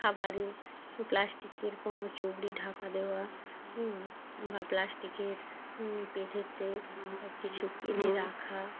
খাবারে প্লাস্টিকের কোনো চুবড়ি ঢাকা দেওয়া বা প্লাস্টিকের প্লেটেতে সব কিছু কেটে রাখা